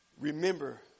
remember